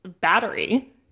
battery